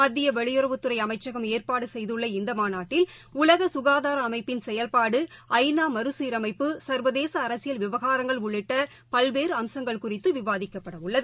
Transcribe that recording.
மத்தியவெளியுறவுத் துறைஅளமச்சகம் ஏற்பாடுசெய்துள்ள இந்தக் மாநாட்டில் உலகசுகாதாரஅமைப்பின் செயல்பாடு ஐ நா மறுசீரமைப்பு சர்வதேசஅரசியல் விவகாரங்கள் உள்ளிட்டபல்வேறுஅம்சங்கள் குறித்தி விவாதிக்கப்படவுள்ளது